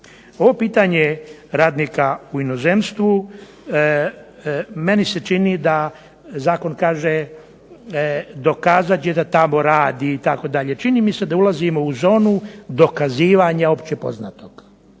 Ovo pitanje radnika u inozemstvu meni se čini da zakon kaže dokazat će da tamo radi itd. Čini mi se da ulazimo u zonu dokazivanja općepoznatog